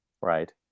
right